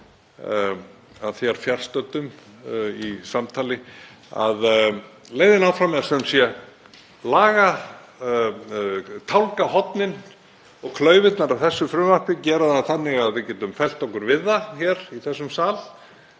að þér fjarstöddum, í samtali að leiðin áfram er sumsé að tálga horn og klaufir af þessu frumvarpi, að gera það þannig að við getum fellt okkur við það hér í þessum sal,